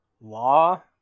law